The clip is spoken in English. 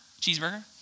Cheeseburger